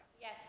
Yes